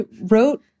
wrote